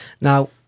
Now